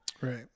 right